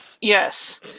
Yes